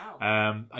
Wow